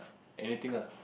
anything lah